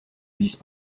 vice